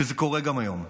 וזה קורה גם היום,